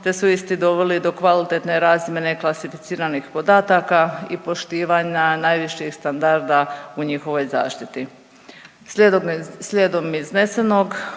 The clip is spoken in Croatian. te su isti doveli do kvalitetne razmjene klasificiranih podataka i poštivanja najviših standarda u njihovoj zaštiti.